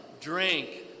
drink